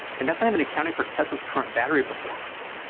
and that's not even accounting for tesla's current battery performance.